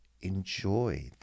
enjoy